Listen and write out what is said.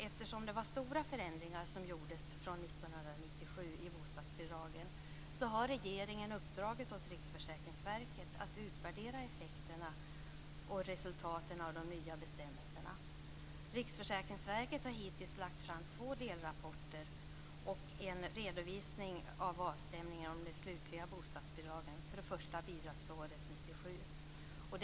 Eftersom det var stora förändringar som gjordes från 1997 i bostadsbidragen har regeringen uppdragit åt Riksförsäkringsverket att utvärdera effekterna och resultaten av de nya bestämmelserna. Riksförsäkringsverket har hittills lagt fram två delrapporter och en redovisning av avstämningen av de slutliga bostadsbidragen för det första bidragsåret 1997.